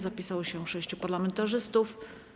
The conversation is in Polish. Zapisało się sześciu parlamentarzystów.